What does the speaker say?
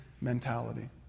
mentality